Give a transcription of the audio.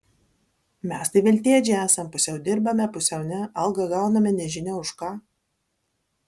mes tai veltėdžiai esam pusiau dirbame pusiau ne algą gauname nežinia už ką